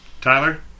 Tyler